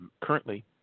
currently